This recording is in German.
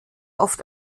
oft